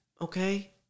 okay